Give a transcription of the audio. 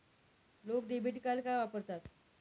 लोक debit card का वापरतात?